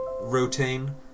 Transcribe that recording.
routine